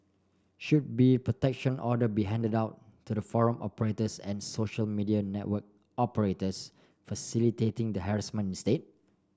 should be protection order be handed out to the forum operators and social media network operators facilitating the harassment instead